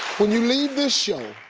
when you leave this show,